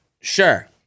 Sure